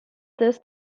this